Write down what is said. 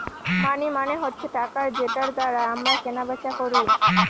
মানি মানে হচ্ছে টাকা যেটার দ্বারা আমরা কেনা বেচা করি